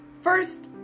First